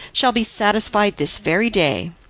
shall be satisfied this very day.